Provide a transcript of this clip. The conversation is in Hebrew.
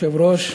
כבוד היושב-ראש,